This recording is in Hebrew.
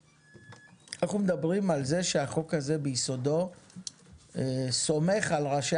אנחנו מדברים על זה שהחוק הזה ביסודו סומך על ראשי